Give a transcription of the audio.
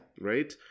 Right